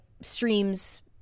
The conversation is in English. stream's